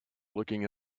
looking